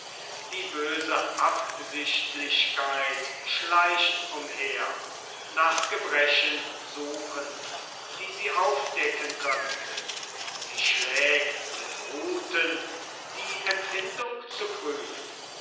die böse absichtlichkeit schleicht umher nach gebrechen suchend die sie aufdecken könnte sie schlägt mit ruthen die empfindung zu prüfen